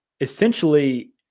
essentially